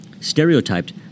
stereotyped